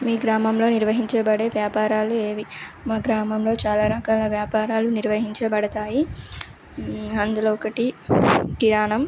మీ గ్రామంలో నిర్వహించబడే వ్యాపారాలు ఏవి మా గ్రామంలో చాలా రకాల వ్యాపారాలు నిర్వహించబడతాయి అందులో ఒకటి కిరాణం